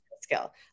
skill